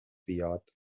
بیاد